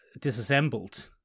disassembled